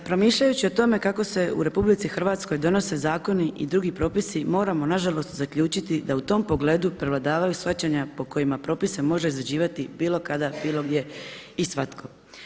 Promišljajući o tome kako se u RH donose zakoni i drugi propisi moramo nažalost zaključiti da u tom pogledu prevladavaju shvaćanja po kojima propise može izrađivati bilo kada, bilo gdje i svatko.